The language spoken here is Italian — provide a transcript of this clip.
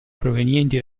provenienti